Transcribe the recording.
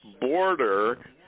border